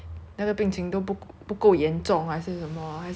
err 已经订 liao then 不可以取消那个票